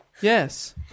Yes